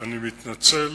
אני מתנצל